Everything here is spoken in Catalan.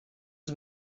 els